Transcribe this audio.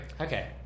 Okay